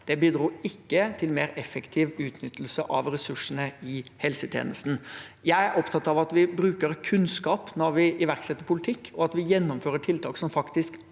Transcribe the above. det ikke bidro til mer effektiv utnyttelse av ressursene i helsetjenesten. Jeg er opptatt av at vi bruker kunnskap når vi iverksetter politikk, og at vi gjennomfører tiltak som faktisk